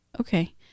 okay